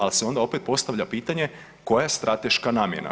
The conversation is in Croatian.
Ali se onda postavlja pitanje, koja je strateška namjena?